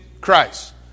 Christ